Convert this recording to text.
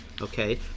okay